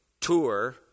tour